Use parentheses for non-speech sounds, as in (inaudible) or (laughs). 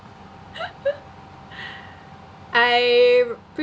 (laughs) I